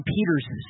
Peter's